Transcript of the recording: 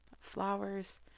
Flowers